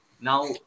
now